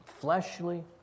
fleshly